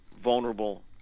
vulnerable